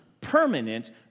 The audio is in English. permanent